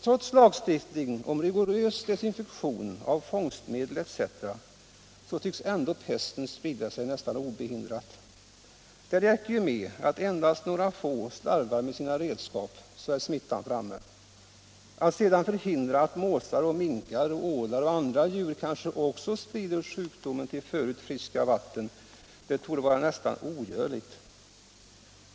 Trots lagstiftning om rigorös desinfektion av fångstmedel etc. tycks pesten sprida sig nästan obehindrat. Det räcker ju med att endast några få slarvar med sina redskap, så är smittan framme. Att sedan förhindra att måsar, minkar, ålar och andra djur kanske också sprider sjukdomen till förut friska vatten torde vara nästan ogörligt.